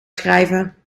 schrijven